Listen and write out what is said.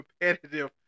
competitive